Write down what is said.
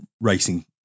racing